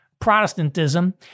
Protestantism